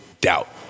doubt